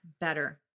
better